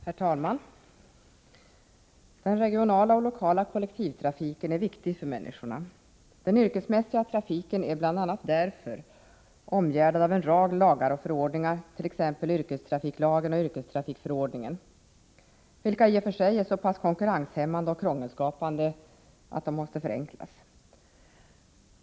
Herr talman! Den regionala och lokala kollektivtrafiken är viktig för människorna. Den yrkesmässiga trafiken är bl.a. därför omgärdad av en rad lagar och förordningar, t.ex. yrkestrafiklagen och yrkestrafikförordningen, vilka i och för sig är så konkurrenshämmande och krångelskapande att de måste förenklas.